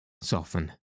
soften